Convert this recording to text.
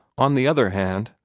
on the other hand,